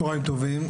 צהריים טובים.